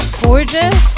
gorgeous